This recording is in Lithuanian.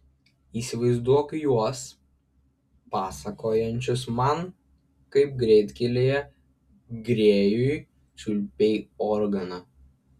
įsivaizduok juos pasakojančius man kaip greitkelyje grėjui čiulpei organą